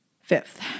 Fifth